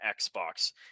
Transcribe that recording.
Xbox